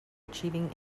achieving